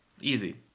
Easy